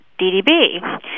DDB